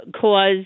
cause